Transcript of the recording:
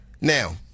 Now